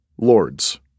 Lords